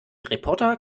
reporter